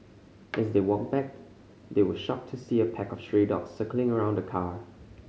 as they walked back they were shocked to see a pack of stray dogs circling around the car